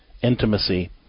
intimacy